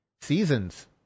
seasons